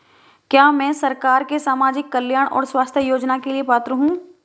क्या मैं सरकार के सामाजिक कल्याण और स्वास्थ्य योजना के लिए पात्र हूं?